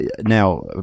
now